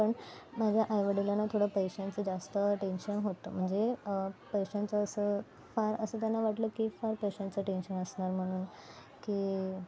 पण माझ्या आईवडिलांना थोडं पैशांचं जास्त टेंशन होतं म्हणजे पैशांचं असं फार असं त्यांना वाटलं की फार पैशांचं टेंशन असणार म्हणून की